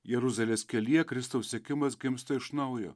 jeruzalės kelyje kristaus sekimas gimsta iš naujo